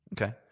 Okay